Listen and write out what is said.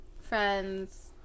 friends